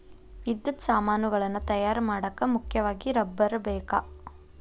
ವಿದ್ಯುತ್ ಸಾಮಾನುಗಳನ್ನ ತಯಾರ ಮಾಡಾಕ ಮುಖ್ಯವಾಗಿ ರಬ್ಬರ ಬೇಕ